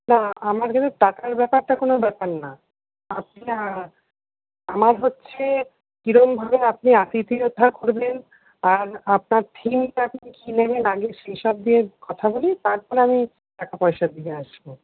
না আমার কিন্তু টাকার ব্যাপারটা কোন ব্যাপার না আপনি আমার হচ্ছে কি রকমভাবে আপনি আতিথেয়তা করবেন আর আপনার থিমটা কি নেবেন আগে সে সব নিয়ে কথা বলি তারপর আমি টাকা পয়সা দিয়ে আসবো